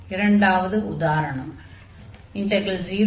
இரண்டாவது உதாரணம் 011x 1dx